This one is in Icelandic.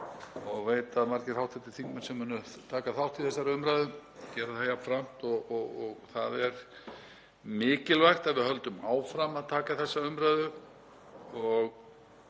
Ég veit að margir hv. þingmenn sem munu taka þátt í þessari umræðu gera það jafnframt og það er mikilvægt að við höldum áfram að taka þessa umræðu og